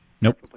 Nope